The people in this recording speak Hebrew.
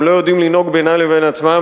הם לא יודעים לנהוג בינם לבין עצמם